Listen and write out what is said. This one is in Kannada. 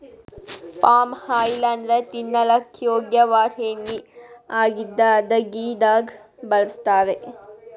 ಪಾಮ್ ಆಯಿಲ್ ಅಂದ್ರ ತಿನಲಕ್ಕ್ ಯೋಗ್ಯ ವಾದ್ ಎಣ್ಣಿ ಆಗಿದ್ದ್ ಅಡಗಿದಾಗ್ ಬಳಸ್ತಾರ್